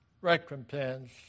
recompense